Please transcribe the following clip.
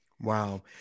Wow